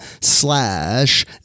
slash